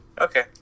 Okay